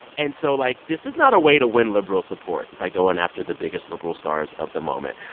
and so, like, this is not a way to win liberal support by going after the biggest liberal stars of the moment.